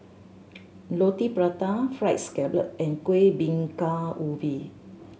Roti Prata Fried Scallop and Kueh Bingka Ubi